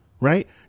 right